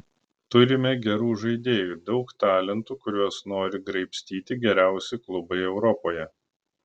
turime gerų žaidėjų daug talentų kuriuos nori graibstyti geriausi klubai europoje